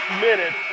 minutes